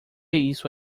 isso